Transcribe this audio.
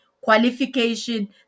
qualification